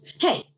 Hey